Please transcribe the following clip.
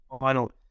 final